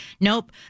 Nope